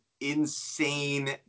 insane